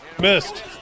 Missed